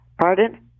Pardon